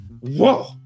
Whoa